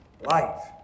life